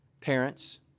parents